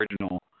original